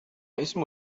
اسم